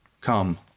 Come